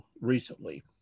recently